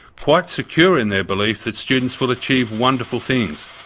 quite secure in their belief that students will achieve wonderful things.